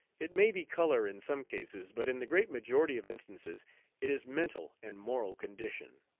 it may be color in some cases, but in the great majority of instances it is mental and moral condition.